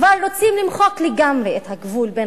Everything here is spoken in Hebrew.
כבר רוצים למחוק לגמרי את הגבול בין